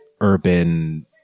urban